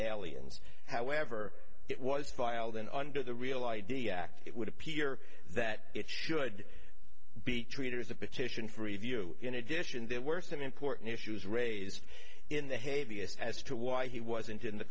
aliens however it was filed in under the real i d act it would appear that it should be treated as a petition for review in addition there were some important issues raised in the heaviest as to why he wasn't in the